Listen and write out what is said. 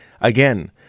Again